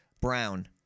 Brown